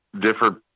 different